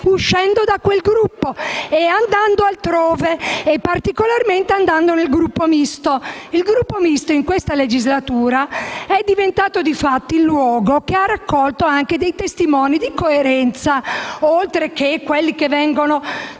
uscendo da quel Gruppo e andando altrove e, particolarmente, nel Gruppo Misto, che in questa legislatura è diventato, di fatto, il luogo che ha raccolto testimoni di coerenza, oltre a quelli che vengono